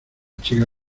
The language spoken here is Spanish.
chica